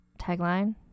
tagline